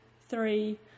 three